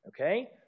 okay